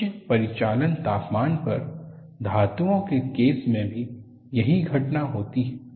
उच्च परिचालन तापमान पर धातुओं के केस में भी यही घटना होती है